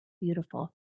Beautiful